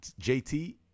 JT